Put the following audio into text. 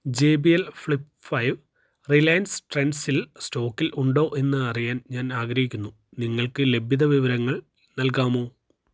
ജേ B L flip five Reliance ട്രെൻഡ്സിൽ സ്റ്റോക്കിലുണ്ടോയെന്ന് അറിയാൻ ഞാനാഗ്രഹിക്കുന്നു നിങ്ങൾക്ക് ലഭ്യതവിവരങ്ങൾ നൽകാമോ